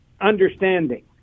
understanding